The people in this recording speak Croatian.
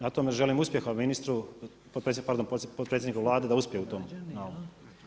Na tome želim uspjeha ministru, pardon potpredsjedniku Vlade da uspije u tom naumu.